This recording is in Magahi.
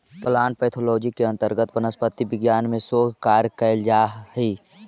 प्लांट पैथोलॉजी के अंतर्गत वनस्पति विज्ञान में शोध कार्य कैल जा हइ